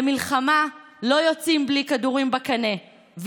למלחמה לא יוצאים בלי כדורים בקנה,